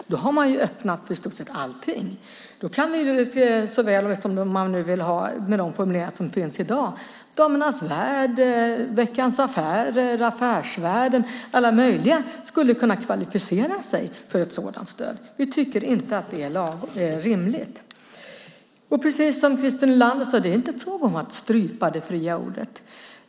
Då har man öppnat i stort sett allting. Då kan, med de formuleringar som finns i dag, Damernas Värld, Veckan Affärer, Affärsvärlden och andra kunna kvalificera sig för ett sådant stöd. Vi tycker inte att det är rimligt. Precis som Christer Nylander sade är det inte fråga om att strypa det fria ordet.